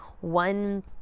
one